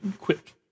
quick